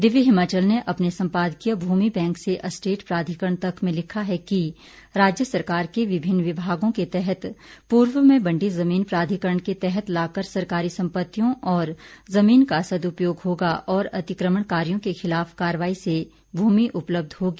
दिव्य हिमाचल ने अपने संपादकीय भूमि बैंक से एस्टेट प्राधिकरण तक में लिखा है कि राज्य सरकार के विभिन्न विभागों के तहत पूर्व में बंटी जमीन प्राधिकरण के तहत लाकर सरकारी संपत्तियों और जमीन का सदुपयोग होगा और अतिकमणकारियों के खिलाफ कार्रवाई से भूमि उपलब्ध होगी